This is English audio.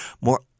more